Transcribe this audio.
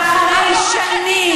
אחרי חודשים ואחרי שנים,